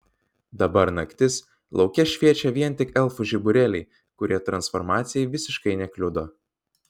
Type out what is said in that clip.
dabar naktis lauke šviečia vien tik elfų žiburėliai kurie transformacijai visiškai nekliudo